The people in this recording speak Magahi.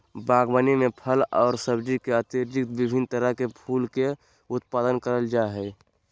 बागवानी में फल और सब्जी के अतिरिक्त विभिन्न तरह के फूल के उत्पादन करल जा हइ